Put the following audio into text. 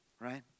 right